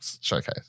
showcase